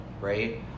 right